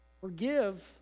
forgive